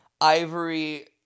ivory